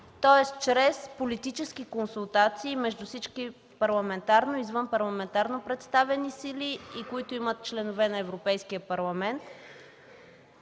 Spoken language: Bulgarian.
тоест чрез политически консултации между всички парламентарно и извънпарламентарно представени сили, както и тези, които имат членове на Европейския парламент,